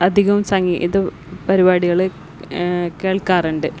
അധികം സംഗീത പരിപാടികൾ കേൾക്കാറുണ്ട്